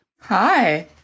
Hi